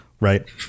Right